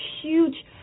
huge